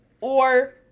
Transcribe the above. or-